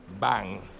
bang